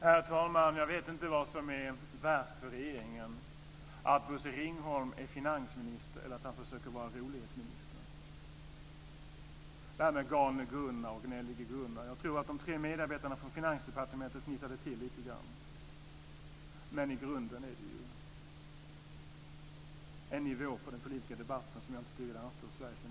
Herr talman! Jag vet inte vad som är värst för regeringen - att Bosse Ringholm är finansminister eller att han försöker vara rolighetsminister. Ta det här med Galne Gunnar och Gnällige Gunnar. Jag tror att de tre medarbetarna från Finansdepartementet fnissade till lite grann, men i grunden är detta en nivå på den politiska debatten som jag inte tycker anstår Sveriges finansminister.